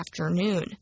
afternoon